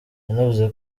yanavuze